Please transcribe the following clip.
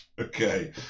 Okay